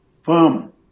firm